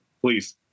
please